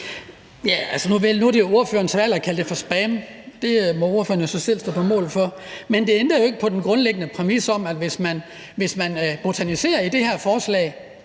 nu er det jo ordførerens valg at kalde det for spam; det må ordføreren så selv stå på mål for. Men det ændrer jo ikke på den grundlæggende præmis. Hvis man botaniserer i det her forslag,